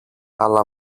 αλλά